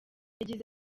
yagize